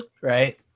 right